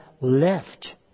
left